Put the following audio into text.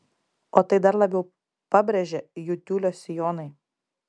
o tai dar labiau pabrėžia jų tiulio sijonai